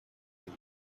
den